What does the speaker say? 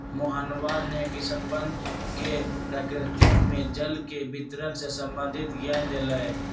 मोहनवा ने किसनवन के प्रकृति में जल के वितरण से संबंधित ज्ञान देलय